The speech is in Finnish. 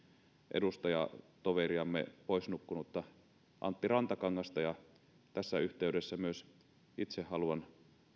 edustajatoveriamme poisnukkunutta antti rantakangasta tässä yhteydessä myös itse haluan